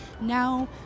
Now